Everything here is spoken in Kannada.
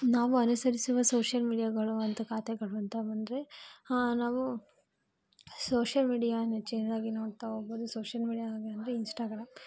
ನಾವು ಅನುಸರಿಸುವ ಸೋಷಿಯಲ್ ಮೀಡಿಯಾಗಳು ಮತ್ತು ಖಾತೆಗಳು ಅಂತ ಬಂದರೆ ಹಾಂ ನಾವು ಸೋಷಿಯಲ್ ಮೀಡಿಯಾನ ಹೆಚ್ಚಿನದಾಗಿ ನೋಡ್ತಾ ಹೋಗ್ಬೋದು ಸೋಷಿಯಲ್ ಮೀಡಿಯಾ ಹಾಗೆ ಅಂದರೆ ಇನ್ಷ್ಟಾಗ್ರಾಮ್